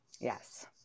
Yes